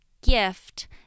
gift